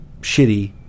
shitty